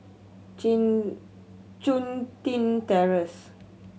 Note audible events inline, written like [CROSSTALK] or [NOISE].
[UNINTELLIGIBLE] Chun Tin Terrace